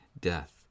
death